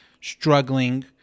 struggling